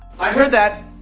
i heard that!